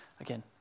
Again